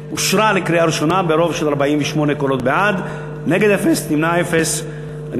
לוועדה שתקבע ועדת הכנסת נתקבלה.